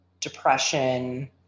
depression